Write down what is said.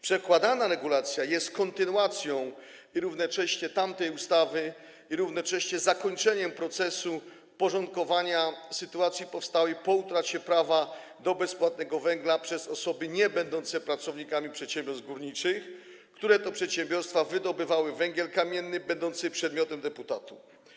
Przedkładana regulacja jest kontynuacją tamtej ustawy i równocześnie zakończeniem procesu porządkowania sytuacji powstałej po utracie prawa do bezpłatnego węgla przez osoby niebędące pracownikami przedsiębiorstw górniczych, które to przedsiębiorstwa wydobywały węgiel kamienny będący przedmiotem deputatu.